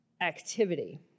activity